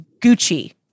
Gucci